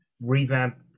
revamp